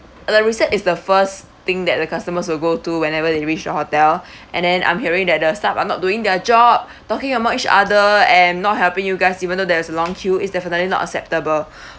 like we said is the first thing that the customers will go to whenever they reach the hotel and then I'm hearing that the stuff are not doing their job talking among each other and not helping you guys even though there's a long queue is definitely not acceptable